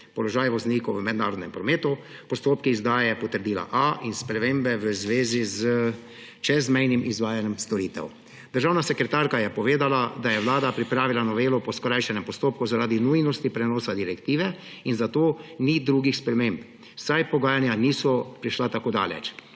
položaj voznikov v mednarodnem prometu, postopki izdaje potrdila A in spremembe v zvezi s čezmejnim izvajanjem storitev. Državna sekretarka je povedala, da je Vlada pripravila novelo po skrajšanem postopku zaradi nujnosti prenosa direktive in zato ni drugih sprememb, saj pogajanja niso prišla tako daleč.